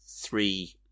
three